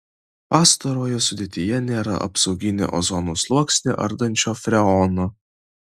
pastarojo sudėtyje nėra apsauginį ozono sluoksnį ardančio freono